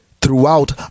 throughout